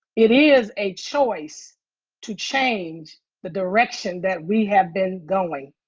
it is a choice to change the direction that we have been going.